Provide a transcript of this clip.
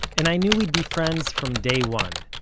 and i knew we'd be friends from day one.